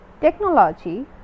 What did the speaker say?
Technology